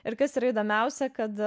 ir kas yra įdomiausia kad